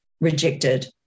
rejected